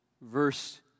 Verse